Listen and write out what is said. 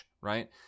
right